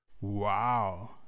Wow